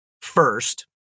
first